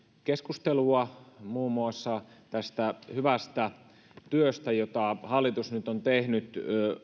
keskustelua muun muassa tästä hyvästä työstä jota hallitus nyt on tehnyt